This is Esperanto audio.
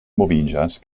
moviĝas